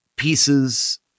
pieces